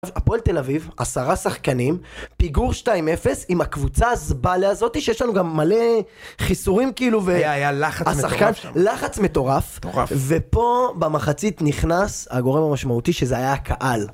הפועל תל אביב, עשרה שחקנים, פיגור שתיים אפס עם הקבוצה הזבאלה הזאתי שיש לנו גם מלא חיסורים כאילו והשחקן, לחץ מטורף, ופה במחצית נכנס הגורם המשמעותי שזה היה הקהל.